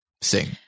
sing